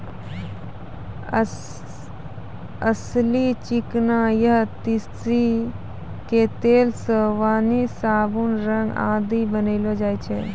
अलसी, चिकना या तीसी के तेल सॅ वार्निस, साबुन, रंग आदि बनैलो जाय छै